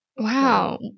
Wow